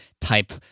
type